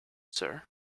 sir